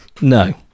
No